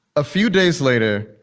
a few days later,